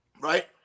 right